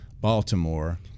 Baltimore